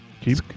Keep